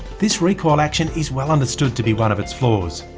this recoil action is well understood to be one of its flaws,